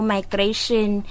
Migration